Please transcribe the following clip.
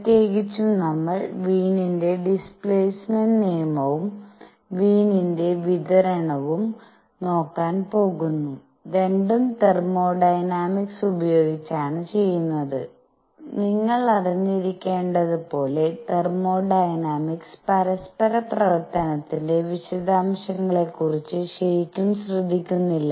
പ്രത്യേകിച്ചും നമ്മൾ വീനിന്റെ ഡിസ്പ്ലേസ്മെന്റ് നിയമവുംWiens displacement law വീനിന്റെ വിതരണവും Wiens distribution law നോക്കാൻ പോകുന്നു രണ്ടും തെർമോഡൈനാമിക്സ് ഉപയോഗിച്ചാണ് ചെയ്യുന്നത് നിങ്ങൾ അറിഞ്ഞിരിക്കേണ്ടത് പോലെ തെർമോഡൈനാമിക് പരസ്പര പ്രവർത്തനത്തിന്റെ വിശദാംശങ്ങളെക്കുറിച്ച് ശരിക്കും ശ്രദ്ധിക്കുന്നില്ല